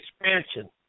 expansion